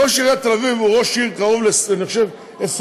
ראש עיריית תל אביב הוא ראש עיר קרוב ל-20 שנה,